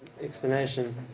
explanation